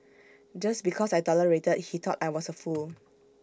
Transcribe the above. just because I tolerated he thought I was A fool